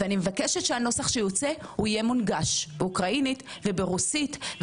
אני מבקשת שהנוסח שיוצא יהיה מונגש באוקראינית וברוסית,